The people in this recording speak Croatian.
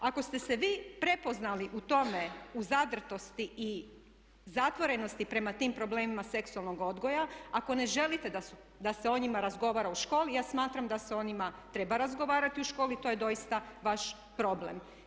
Ako ste se vi prepoznali u tome, u zadrtosti i zatvorenosti prema tim problemima seksualnog odgoja, ako ne želite da se o njima razgovara u školi, ja smatram da se o njima treba razgovarati u školi i to je doista vaš problem.